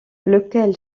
lequel